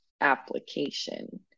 application